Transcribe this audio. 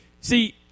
see